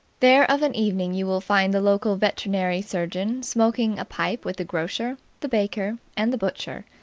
there of an evening you will find the local veterinary surgeon smoking a pipe with the grocer, the baker, and the butcher,